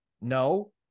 No